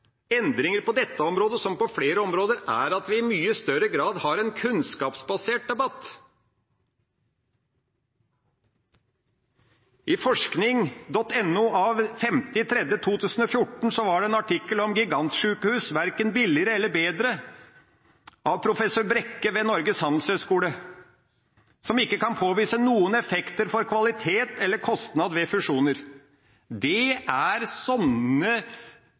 på dette området, som på flere områder, er at vi i mye større grad har en kunnskapsbasert debatt. Den 5.mars 2014 publiserte forskning.no et intervju med professor Kurt R. Brekke ved Norges Handelshøyskole, som het «Gigantsykehus verken billigere eller bedre». Brekke sier her at det ikke kan påvises noen effekter for kvalitet eller kostnad ved fusjoner. Det er sånne